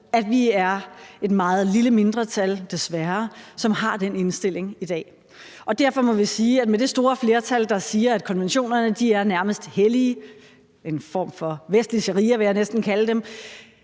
at vi er et meget lille mindretal, desværre, som har den indstilling i dag, og derfor må vi med det store flertal, der siger, at konventionerne nærmest er hellige – en form for vestlig sharia, vil jeg næsten kalde dem